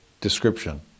description